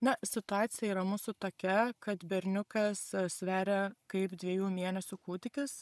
na situacija yra mūsų tokia kad berniukas sveria kaip dviejų mėnesių kūdikis